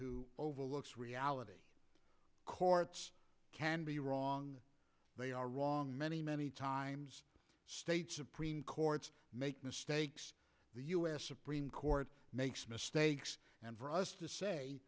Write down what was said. who overlooks reality courts can be wrong they are wrong many many times state supreme courts make mistakes the u s supreme court makes mistakes and for us to say